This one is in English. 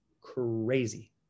crazy